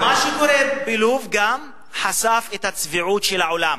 מה שקורה בלוב גם חשף את הצביעות של העולם,